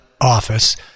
office